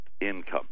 income